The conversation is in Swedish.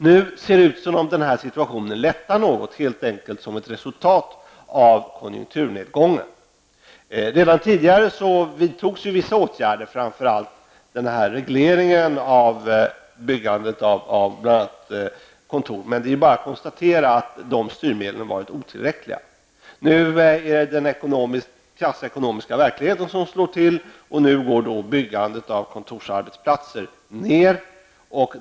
Nu ser det ut som om situationen lättar något, helt enkelt som ett resultat av konjunkturnedgången. Redan tidigare vidtogs vissa åtgärder, framför allt regleringen av byggandet av bl.a. kontor, men det är bara att konstatera att de styrmedlen har varit otillräckliga. Nu är det den krassa ekonomiska verkligheten som slår till och nu går byggandet av kontorsarbetsplatser ner.